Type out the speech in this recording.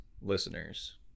listeners